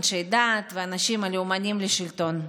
אנשי דת והאנשים הלאומנים לשלטון?